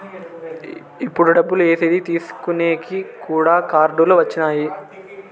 ఇప్పుడు డబ్బులు ఏసేకి తీసుకునేకి కూడా కార్డులు వచ్చినాయి